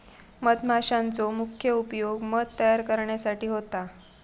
मधमाशांचो मुख्य उपयोग मध तयार करण्यासाठी होता